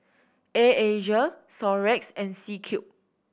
Air Asia Xorex and C Cube